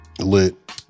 Lit